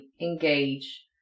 engage